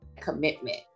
commitment